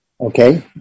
okay